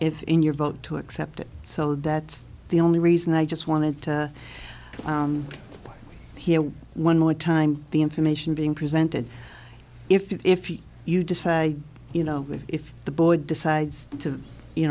if in your vote to accept it so that's the only reason i just wanted to hear one more time the information being presented if you you decide you know if the board decides to you